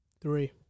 Three